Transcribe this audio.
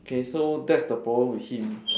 okay so that's the problem with him